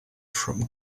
from